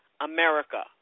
America